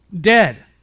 Dead